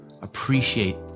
appreciate